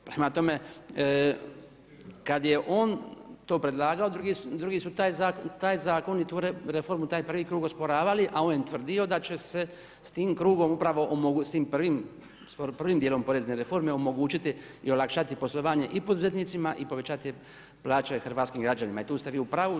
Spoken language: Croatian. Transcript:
Prema tome, kad je on to predlagao, drugi su taj zakon, tu reformu, taj prvi krug osporavali a on je tvrdio da će se s tim krugom upravo, s tim prvim djelom porezne reforme omogućiti i olakšati poslovanje i poduzetnicima i povećati plaće hrvatskim građanima i tu ste vi u pravu.